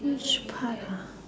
which part ah